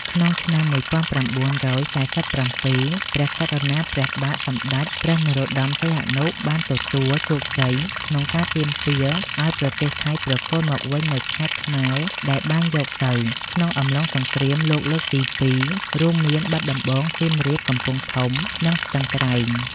ក្នុងឆ្នាំ១៩៤៧ ព្រះករុណា ព្រះបាទសម្ដេចព្រះនរោត្តម សីហនុ បានទទួលជោគជ័យក្នុងការទាមទារឱ្យប្រទេសថៃប្រគល់មកវិញនូវខេត្តខ្មែរដែលបានយកទៅក្នុងអំឡុងសង្គ្រាមលោកលើកទី២ រួមមានបាត់ដំបង សៀមរាប កំពង់ធំ និងស្ទឹងត្រែង។